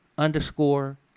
underscore